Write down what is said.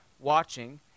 watching